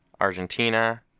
Argentina